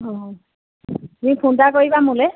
অঁ তুমি ফোন এটা কৰিবা মোলৈ